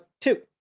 two